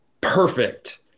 perfect